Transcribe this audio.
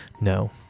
no